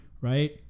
right